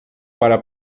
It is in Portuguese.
para